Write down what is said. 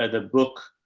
ah the book,